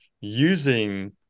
using